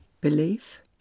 belief